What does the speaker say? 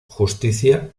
justicia